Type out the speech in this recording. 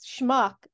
schmuck